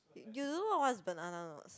you you don't know what was banana notes